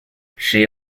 she